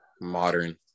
modern